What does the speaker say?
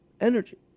energy